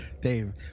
Dave